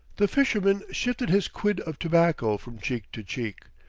the fisherman shifted his quid of tobacco from cheek to cheek,